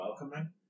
welcoming